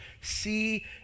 see